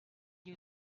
you